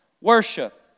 worship